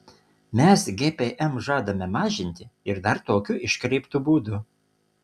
mes gpm žadame mažinti ir dar tokiu iškreiptu būdu